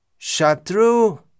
Shatru